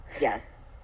Yes